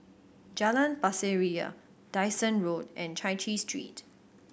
Jalan Pasir Ria Dyson Road and Chai Chee Street